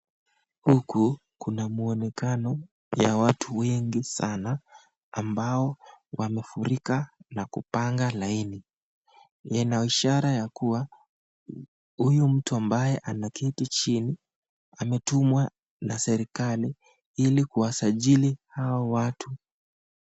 Huku kuna mwonekano ya watu wengi sana ambao wamefurika na kupanga laini. Ina ishara ya kuwa huyu mtu ambaye anaketi chini ametumwa na serikali ili kuwasajili hao watu.